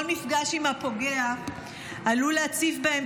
כל מפגש עם הפוגע עלול להציף בהם